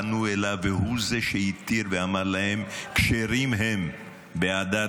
פנו אליו והוא זה שהתיר ואמר להם: כשרים הם בעדת